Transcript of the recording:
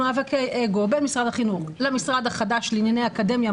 מאבקי אגו בין משרד החינוך למשרד החדש לענייני אקדמיה,